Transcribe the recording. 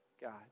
God